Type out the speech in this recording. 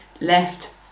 left